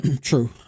true